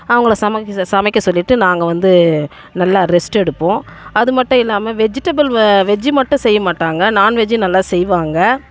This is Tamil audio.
அவங்களை சமைக்க சமைக்கச் சொல்லிவிட்டு நாங்கள் வந்து நல்லா ரெஸ்ட்டு எடுப்போம் அதுமட்டும் இல்லாமல் வெஜிடபுள் வெஜ்ஜி மட்டும் செய்யமாட்டாங்க நான்வெஜ்ஜி நல்லா செய்வாங்க